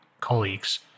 colleagues